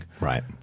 right